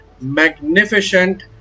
magnificent